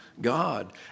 God